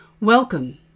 Welcome